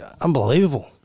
Unbelievable